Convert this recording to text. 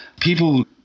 People